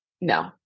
No